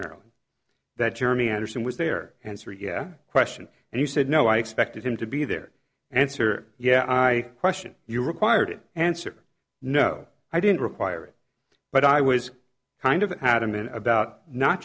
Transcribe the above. maryland that jeremy anderson was there and syria question and you said no i expected him to be there answer i question you required answer no i didn't require it but i was kind of adamant about not